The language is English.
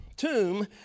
tomb